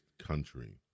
country